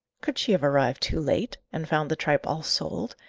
could she have arrived too late, and found the tripe all sold,